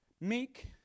Meek